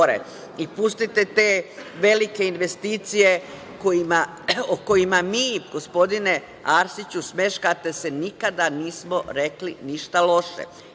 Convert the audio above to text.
i pustite te velike investicije o kojima mi, gospodine Arsiću, smeškate se, nikada nismo rekli ništa loše.